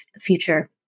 future